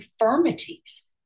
infirmities